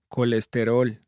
Colesterol